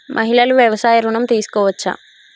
మహిళలు వ్యవసాయ ఋణం తీసుకోవచ్చా?